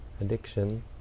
Addiction